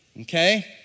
Okay